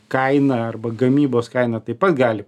kaina arba gamybos kaina taip pat gali